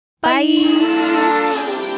Bye